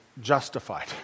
justified